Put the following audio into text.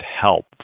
help